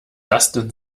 dustin